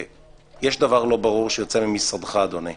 יש דבר לא ברור שיוצא ממשרדך, אדוני.